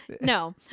No